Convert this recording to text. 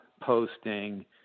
posting